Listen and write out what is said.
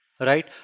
right